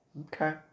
Okay